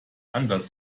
anders